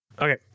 Okay